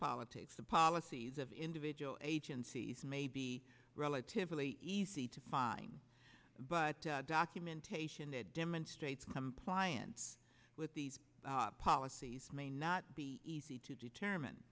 politics and policies of individual agencies may be relatively easy to find but documentation that demonstrates compliance with these policies may not be easy to determine